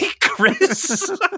Chris